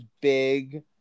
big